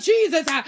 Jesus